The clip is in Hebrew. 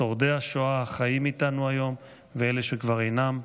שורדי השואה החיים איתנו היום ואלה שכבר אינם,